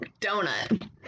donut